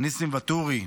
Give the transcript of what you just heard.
ניסים ואטורי,